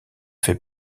fait